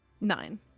Nine